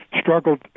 struggled